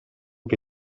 che